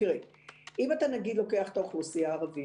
אם אתה נניח לוקח את האוכלוסייה הערבית,